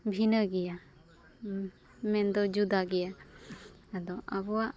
ᱵᱷᱤᱱᱟᱹ ᱜᱮᱭᱟ ᱢᱮᱱᱫᱚ ᱡᱩᱫᱟᱹ ᱜᱮᱭᱟ ᱟᱫᱚ ᱟᱵᱚᱣᱟᱜ